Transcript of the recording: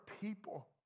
people